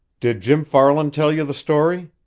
did jim farland tell you the story?